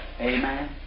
Amen